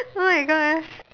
!oh-my-gosh!